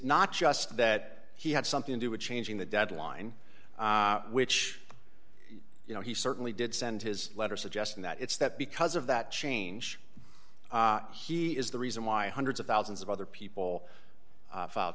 not just that he had something to do with changing the deadline which you know he certainly did send his letter suggesting that it's that because of that change he is the reason why hundreds of thousands of other people